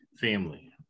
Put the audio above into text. family